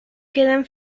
quedan